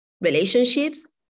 relationships